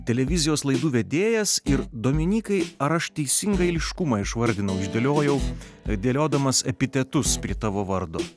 televizijos laidų vedėjas ir dominykai ar aš teisingai eiliškumą išvardinau išdėliojau dėliodamas epitetus prie tavo vardo